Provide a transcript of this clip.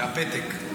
הפתק.